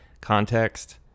context